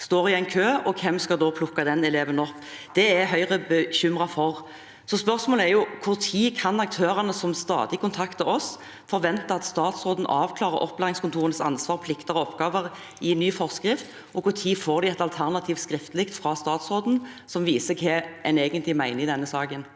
står i en kø – og hvem skal da plukke opp den eleven? Det er Høyre bekymret for. Spørsmålet er: Når kan aktørene, som stadig kontakter oss, forvente at statsråden avklarer opplæringskontorenes ansvar, plikter og oppgaver i ny forskrift, og når får de et alternativ, skriftlig, fra statsråden som viser hva en egentlig mener i denne saken?